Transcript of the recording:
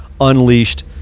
Unleashed